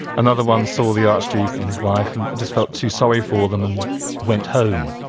another one saw the archduke and his wife and just felt too sorry for them and went home.